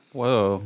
whoa